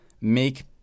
make